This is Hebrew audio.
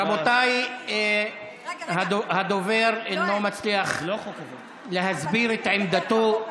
רבותיי, הדובר אינו מצליח להסביר את עמדתו.